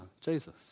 Jesus